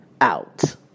out